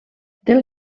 del